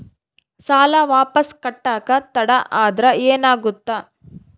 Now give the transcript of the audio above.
ಸಾಲ ವಾಪಸ್ ಕಟ್ಟಕ ತಡ ಆದ್ರ ಏನಾಗುತ್ತ?